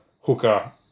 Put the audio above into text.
hooker